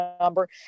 number